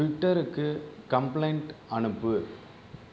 ட்விட்டருக்கு complaint அனுப்பு